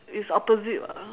it's opposite lah